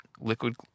liquid